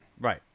Right